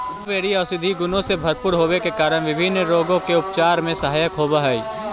blueberry औषधीय गुणों से भरपूर होवे के कारण विभिन्न रोगों के उपचार में सहायक होव हई